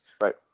right